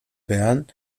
bern